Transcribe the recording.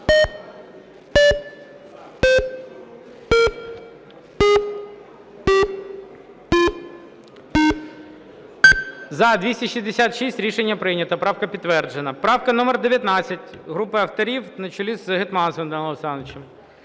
За-266 Рішення прийнято. Правка підтверджена. Правка номер 19 групи авторів на чолі з Гетманцевим Данилом Олександровичем.